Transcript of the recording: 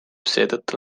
seetõttu